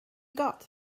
got